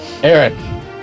Eric